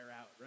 out